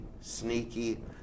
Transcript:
sneaky